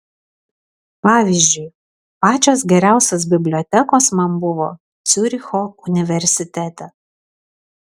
pavyzdžiui pačios geriausios bibliotekos man buvo ciuricho universitete